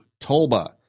Tolba